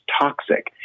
toxic